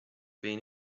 been